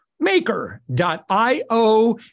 maker.io